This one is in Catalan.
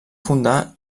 fundar